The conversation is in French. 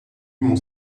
mon